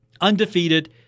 Undefeated